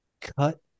cut